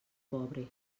pobre